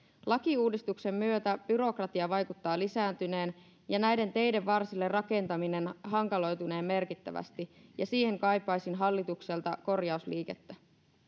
lakiuudistuksen myötä byrokratia vaikuttaa lisääntyneen ja näiden teiden varsille rakentaminen hankaloitunee merkittävästi ja siihen kaipaisin hallitukselta korjausliikettä